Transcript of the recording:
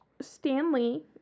Stanley